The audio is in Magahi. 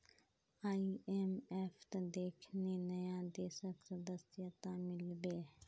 आईएमएफत देखनी नया देशक सदस्यता मिल बे